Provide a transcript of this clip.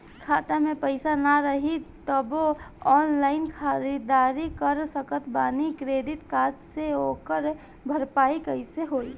खाता में पैसा ना रही तबों ऑनलाइन ख़रीदारी कर सकत बानी क्रेडिट कार्ड से ओकर भरपाई कइसे होई?